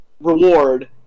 reward